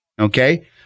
Okay